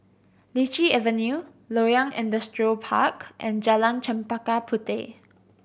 Lichi Avenue Loyang Industrial Park and Jalan Chempaka Puteh